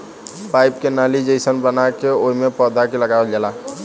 pipe के नाली जइसन बना के ओइमे पौधा के लगावल जाला